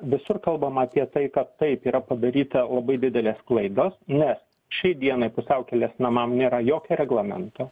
visur kalbama apie tai kad taip yra padaryta labai didelės klaidos nes šiai dienai pusiaukelės namam nėra jokio reglamento